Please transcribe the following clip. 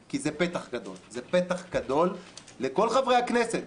כי זה פתח גדול לכל חברי הכנסת,